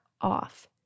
off